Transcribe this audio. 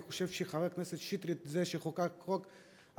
אני חושב שחבר הכנסת שטרית הוא זה שחוקק את החוק,